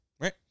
Right